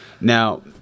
Now